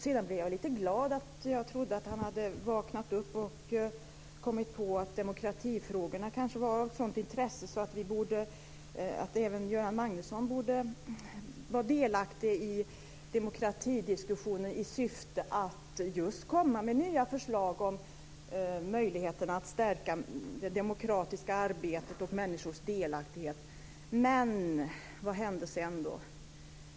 Sedan blev jag lite glad, för jag trodde att han hade vaknat upp och kommit på att demokratifrågorna kanske var av sådant intresse att även Göran Magnusson borde vara delaktig i demokratidiskussionen i syfte att just komma med nya förslag om möjligheterna att stärka det demokratiska arbetet och människors delaktighet. Men vad hände sedan?